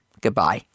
Goodbye